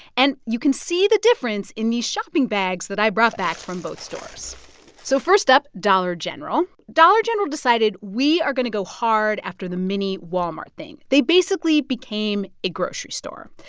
and you can see the difference in these shopping bags that i brought back from both stores so first up dollar general. dollar general decided, we are going to go hard after the mini walmart thing. they, basically, became a grocery store.